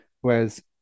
whereas